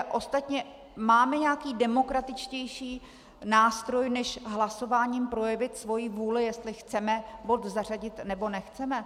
Ostatně máme nějaký demokratičtější nástroj, než hlasováním projevit svoji vůli, jestli chceme bod zařadit, nebo nechceme?